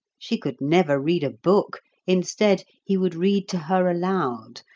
she could never read a book instead, he would read to her aloud,